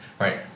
right